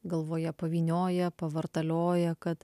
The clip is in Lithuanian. galvoje pavynioja pavartalioja kad